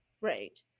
right